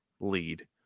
lead